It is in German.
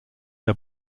der